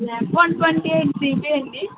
RAM one twenty eight GB అండి